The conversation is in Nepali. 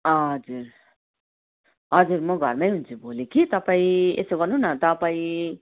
हजुर हजुर म घरमै हुन्छु भोलि कि तपाईँ यसो गर्नु न तपाईँ